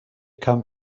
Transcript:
come